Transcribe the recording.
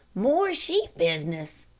more sheep business.